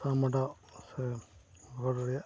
ᱟᱢᱟᱰᱟᱣ ᱥᱮ ᱦᱚᱲ ᱨᱮᱭᱟᱜ